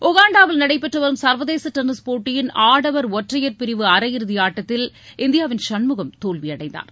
உகாண்டாவில் நடைபெற்றுவரும் சர்வதேச டென்னிஸ் போட்டியில் ஆடவர் ஒற்றையர் பிரிவு அரையிறுதி ஆட்டத்தில் இந்தியாவின் சண்முகம் தோல்வி அடைந்தார்